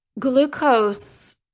Glucose